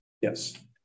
Yes